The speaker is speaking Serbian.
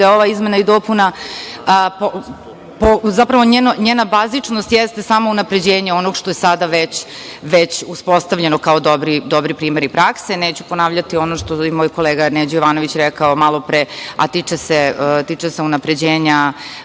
da ova izmena i dopuna, zapravo, njena bazičnost jeste samo unapređenje onog što je sada već uspostavljeno kao dobri primeri prakse. Neću ponavljati ono što je moj kolega Neđo Jovanović rekao malo pre a tiče se unapređenja,